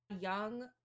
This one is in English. young